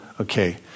okay